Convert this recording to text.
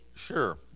Sure